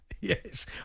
Yes